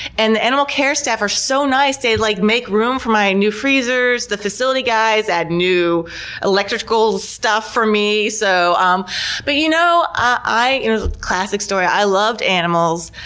and the animal care staff are so nice, they like make room for my new freezers. the facility guys add new electrical stuff for me. so um but you know you know, classic story i loved animals.